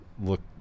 look